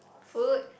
food